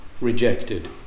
rejected